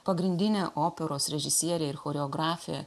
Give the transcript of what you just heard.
pagrindinė operos režisierė ir choreografė